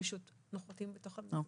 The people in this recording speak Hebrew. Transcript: אנחנו פשוט --- בתוך המסגרת.